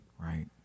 Right